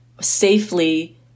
safely